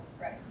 right